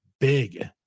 big